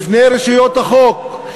בפני רשויות החוק,